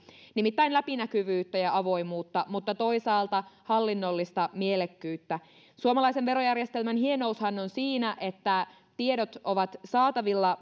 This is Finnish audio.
nimittäin läpinäkyvyyttä ja avoimuutta mutta toisaalta hallinnollista mielekkyyttä suomalaisen verojärjestelmän hienoushan on siinä että tiedot ovat saatavilla